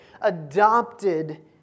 adopted